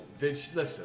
Listen